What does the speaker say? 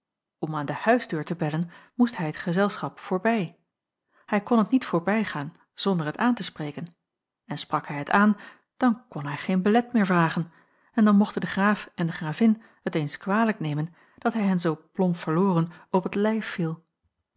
om aan de huisdeur te bellen moest hij het gezelschap voorbij hij kon het niet voorbijgaan zonder het aan te spreken en sprak hij het aan dan kon hij geen belet meer vragen en dan mochten de graaf en de gravin het eens kwalijk nemen dat hij hen zoo plomp verloren op t lijf viel